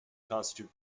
constitute